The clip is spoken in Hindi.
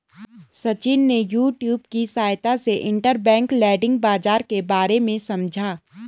सचिन ने यूट्यूब की सहायता से इंटरबैंक लैंडिंग बाजार के बारे में समझा